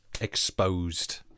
Exposed